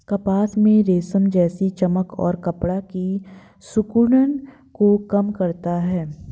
कपास में रेशम जैसी चमक और कपड़ा की सिकुड़न को कम करता है